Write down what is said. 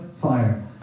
fire